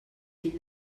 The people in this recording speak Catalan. fill